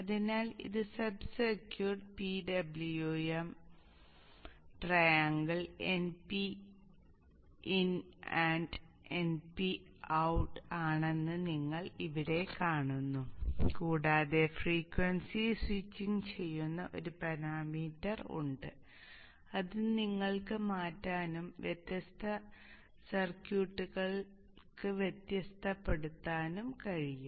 അതിനാൽ ഇത് sub circuit PWM triangle np in and np out ആണെന്ന് നിങ്ങൾ ഇവിടെ കാണുന്നു കൂടാതെ ഫ്രീക്വൻസി സ്വിച്ചിംഗ് ചെയ്യുന്ന ഒരു പരാമീറ്റർ ഉണ്ട് അത് നിങ്ങൾക്ക് മാറ്റാനും വ്യത്യസ്ത സർക്യൂട്ടുകൾക്ക് വ്യത്യാസപ്പെടാനും കഴിയും